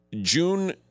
June